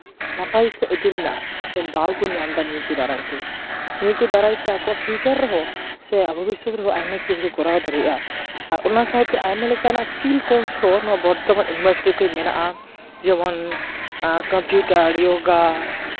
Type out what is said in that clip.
ᱱᱟᱯᱟᱭ ᱤᱫᱤ ᱨᱮᱱᱟᱜ ᱢᱤᱫᱴᱮᱱ ᱫᱟᱣ ᱠᱚ ᱧᱟᱢᱮᱫᱟ ᱱᱤᱭᱟᱹ ᱠᱚ ᱫᱟᱨᱟᱭᱛᱮ ᱱᱤᱭᱟᱹ ᱠᱚ ᱫᱟᱨᱟᱭᱛᱮ ᱟᱠᱚ ᱯᱷᱤᱭᱩᱪᱟᱨ ᱨᱮᱦᱚᱸ ᱥᱮ ᱵᱷᱚᱵᱤᱥᱥᱚᱛ ᱨᱮᱦᱚᱸ ᱟᱭᱢᱟ ᱠᱤᱪᱷᱩ ᱠᱚ ᱠᱚᱨᱟᱣ ᱫᱟᱲᱮᱭᱟᱜᱼᱟ ᱟᱨ ᱚᱱᱟ ᱥᱟᱶᱛᱮ ᱟᱭᱢᱟ ᱞᱮᱠᱟᱱᱟᱜ ᱤᱥᱠᱤᱞ ᱠᱳᱨᱥ ᱦᱚᱸ ᱱᱚᱣᱟ ᱵᱚᱨᱫᱷᱚᱢᱟᱱ ᱤᱭᱩᱱᱤᱵᱷᱟᱨᱥᱤᱴᱤᱨᱮ ᱢᱮᱱᱟᱜᱼᱟ ᱡᱮᱢᱚᱱ ᱠᱚᱢᱯᱤᱭᱩᱴᱟᱨ ᱡᱳᱜᱟ